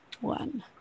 one